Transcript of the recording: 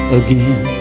again